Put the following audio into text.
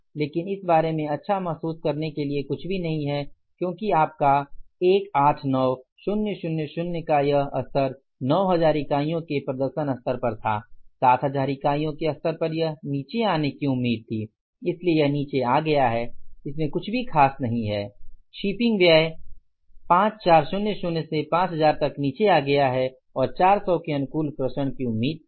लेकिन यह इस बारे में अच्छा महसूस करने के लिए कुछ भी नहीं है क्योंकि आपका 189000 का यह स्तर 9000 इकाइयों के प्रदर्शन स्तर पर था 7000 इकाइयों के स्तर पर यह नीचे आने की उम्मीद थी इसलिए यह नीचे आ गया है इसमें कुछ भी कुछ खास नहीं है शिपिंग व्यय ५४०० से ५००० तक नीचे आ गया है और ४०० के अनुकूल प्रसरण की उम्मीद थी